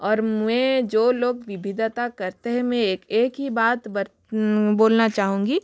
और मैं जो लोग विविधता करते हैं मैं एक एक ही बात बोलना चाहूँगी